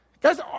Guys